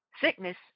sickness